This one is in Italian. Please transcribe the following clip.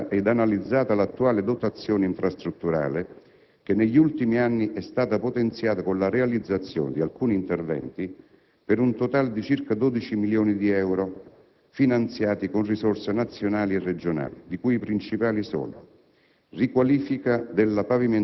Nel programma viene descritta ed analizzata l'attuale dotazione infrastrutturale, che negli ultimi anni è stata potenziata con la realizzazione di alcuni interventi, per un totale di circa 12 milioni di euro finanziati con risorse nazionali e regionali, di cui i principali sono: